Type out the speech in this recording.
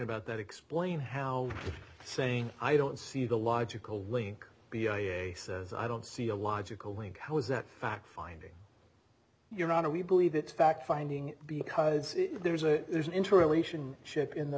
about that explain how saying i don't see the logical link b i a says i don't see a logical link how is that fact finding your honor we believe that fact finding because there's a there's an interim ration ship in the